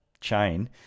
chain